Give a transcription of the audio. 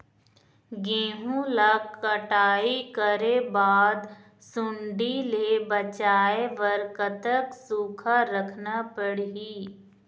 गेहूं ला कटाई करे बाद सुण्डी ले बचाए बर कतक सूखा रखना पड़ही?